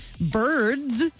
Birds